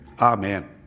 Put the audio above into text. Amen